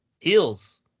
Heels